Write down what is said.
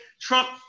Trump